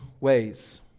ways